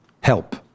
Help